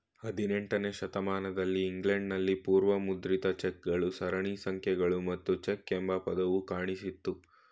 ಹದಿನೆಂಟನೇ ಶತಮಾನದಲ್ಲಿ ಇಂಗ್ಲೆಂಡ್ ನಲ್ಲಿ ಪೂರ್ವ ಮುದ್ರಿತ ಚೆಕ್ ಗಳು ಸರಣಿ ಸಂಖ್ಯೆಗಳು ಮತ್ತು ಚೆಕ್ ಎಂಬ ಪದವು ಕಾಣಿಸಿತ್ತು